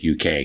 UK